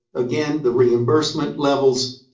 again, the reimbursement levels,